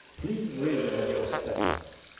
please reason with your stepmother.